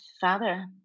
father